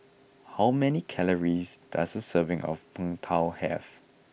how many calories does a serving of Png Tao have